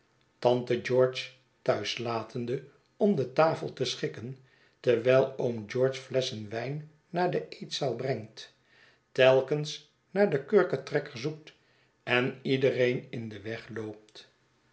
tante george thuis latende om de tafel te schikken terwijl oom george flesschen wijn naar de eetzaal brengt telkens naar den kurketrekker zoekt en iedereen in den weg